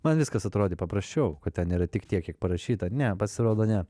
man viskas atrodė paprasčiau kad ten yra tik tiek kiek parašyta ne pasirodo ne